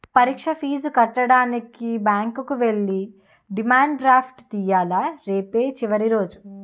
పరీక్ష ఫీజు కట్టడానికి బ్యాంకుకి ఎల్లి డిమాండ్ డ్రాఫ్ట్ తియ్యాల రేపే చివరి రోజు